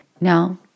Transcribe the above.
Now